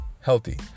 healthy